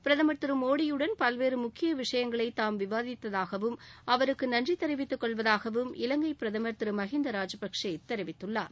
பிரதமர் திரு மோடியுடன் பல்வேறு முக்கிய விஷயங்களை தாம் விவாதித்ததாகவும் அவருக்கு நன்றி தெரிவித்துக் கொள்வதாகவும் இலங்கை பிரதமர் திரு மகிந்தா ராஜபக்சே தெரிவித்தார்